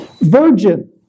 Virgin